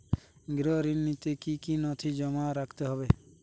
গৃহ ঋণ নিতে কি কি নথি জমা রাখতে হবে?